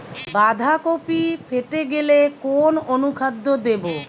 বাঁধাকপি ফেটে গেলে কোন অনুখাদ্য দেবো?